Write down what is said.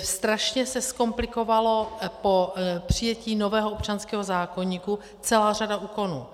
Strašně se zkomplikovala po přijetí nového občanského zákoníku celá řada úkonů.